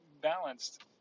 balanced